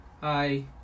Hi